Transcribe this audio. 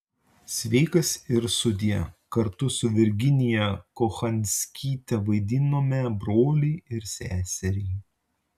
sveikas ir sudie kartu su virginiją kochanskyte vaidinome brolį ir seserį